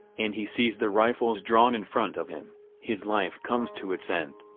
and he sees the rifles drawn in front of him his life comes to its end.